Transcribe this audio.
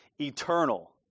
eternal